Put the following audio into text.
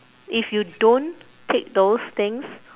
if you don't take those things